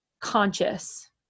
conscious